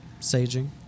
saging